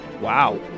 wow